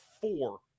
four